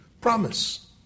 promise